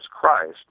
Christ